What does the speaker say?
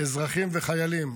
אזרחים וחיילים,